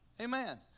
Amen